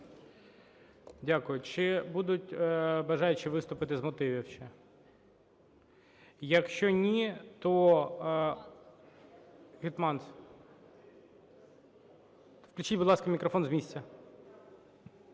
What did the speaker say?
Дякую. Чи будуть бажаючи виступити з мотивів ще? Якщо ні, то … Гетьманцев. Включіть, будь ласка, мікрофон з місця.